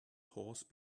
horse